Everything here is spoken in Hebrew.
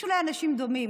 יש אולי אנשים דומים,